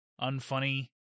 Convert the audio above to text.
unfunny